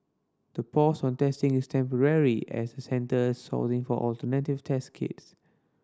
the pause on testing is temporary as the Centre sourcing for alternative test kits